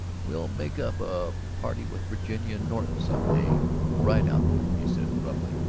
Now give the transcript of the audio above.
we'll make up a party with virginia and norton some day and ride out there, he said abruptly.